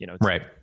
Right